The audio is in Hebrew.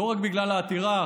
לא רק בגלל העתירה,